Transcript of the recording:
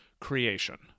creation